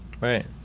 Right